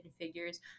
Figures